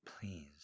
Please